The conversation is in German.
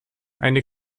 eine